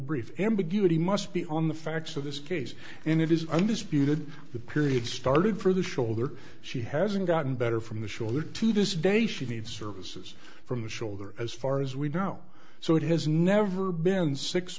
brief ambiguity must be on the facts of this case and it is undisputed the period started for the shoulder she hasn't gotten better from the shoulder to this day she needs services from the shoulder as far as we know so it has never been six